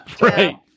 Right